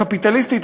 הקפיטליסטית,